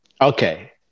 Okay